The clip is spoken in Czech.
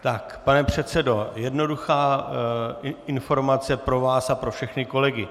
Tak, pane předsedo, jednoduchá informace pro vás a pro všechny kolegy.